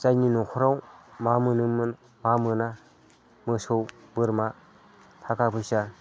जायनि न'खराव मा मोनो मा मोना मोसौ बोरमा थाखा फैसा